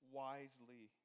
wisely